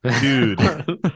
dude